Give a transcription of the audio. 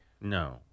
No